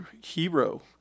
hero